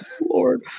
Lord